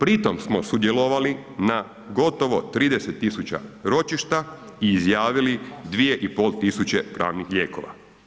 Pri tom smo sudjelovali na gotovo 30.000 ročišta i izjavili 2.500 pravnih lijekova.